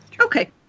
Okay